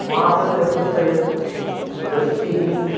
मासचतुष्टयं वृष्टिः